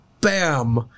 Bam